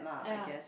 ya